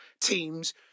teams